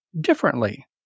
differently